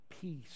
peace